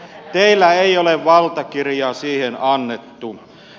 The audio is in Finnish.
teillä ei ole valtakirjaa siihen annettu